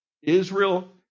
Israel